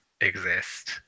exist